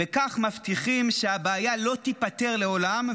וכך מבטיחים שהבעיה לא תיפתר לעולם,